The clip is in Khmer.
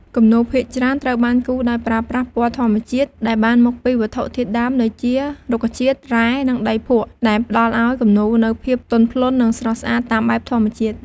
គំនូរភាគច្រើនត្រូវបានគូរដោយប្រើប្រាស់ពណ៌ធម្មជាតិ ដែលបានមកពីវត្ថុធាតុដើមដូចជារុក្ខជាតិ រ៉ែ និងដីភក់ ដែលផ្តល់ឱ្យគំនូរនូវភាពទន់ភ្លន់ និងស្រស់ស្អាតតាមបែបធម្មជាតិ។